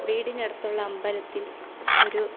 വീടിനടുത്തുള്ള അമ്പലത്തില് ഒരു